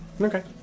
Okay